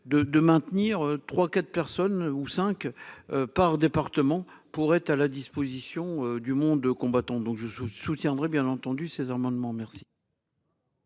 de maintenir 3 4 personnes ou 5. Par département pour être à la disposition du monde combattant. Donc je suis soutiendrai bien entendu ces amendements, merci.